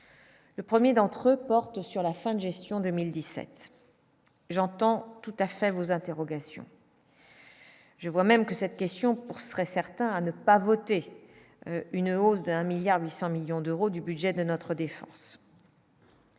le 1er d'entre eux portent sur la fin de gestion 2017, j'entends tout à fait vos interrogations. Je vois même que cette question pour serait certains à ne pas voter une hausse d'1 milliard 800 millions d'euros du budget de notre défense.